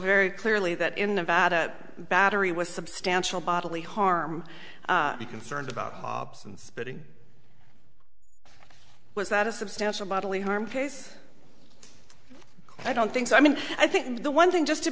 very clearly that in nevada battery was substantial bodily harm you concerned about spitting was that a substantial bodily harm pace i don't think so i mean i think the one thing just to